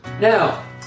Now